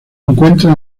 encuentra